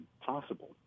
possible